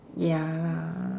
ya lah